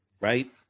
right